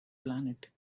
planet